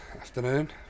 Afternoon